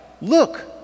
look